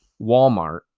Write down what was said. Walmart